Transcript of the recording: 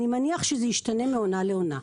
אני מניח שזה ישתנה מעונה לעונה.